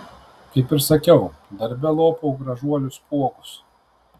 kaip ir sakiau darbe lopau gražuolių spuogus